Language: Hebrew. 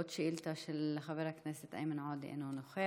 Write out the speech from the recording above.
עוד שאילתה של חבר הכנסת איימן עודה, אינו נוכח,